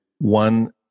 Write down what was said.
one